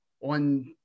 on